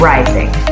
Rising